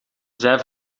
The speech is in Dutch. zij